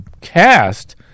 cast